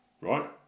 right